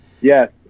yes